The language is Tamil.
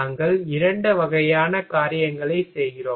நாங்கள் 2 வகையான காரியங்களைச் செய்கிறோம்